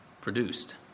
produced